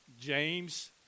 James